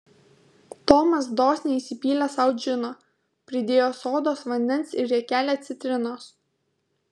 tomas dosniai įsipylė sau džino pridėjo sodos vandens ir riekelę citrinos